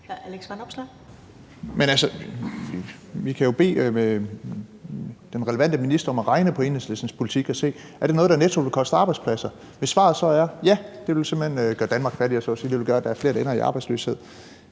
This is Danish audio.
Vanopslagh (LA): Men, altså, vi kan jo bede den relevante minister om at regne på Enhedslistens politik og se, om det er noget, der netto vil koste arbejdspladser. Hvis svaret så er, at ja, det vil simpelt hen gøre Danmark fattigere, det vil gøre, at der er flere, der ender i arbejdsløshed,